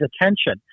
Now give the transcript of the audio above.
attention